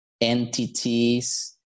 entities